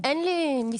אין לי מספרים.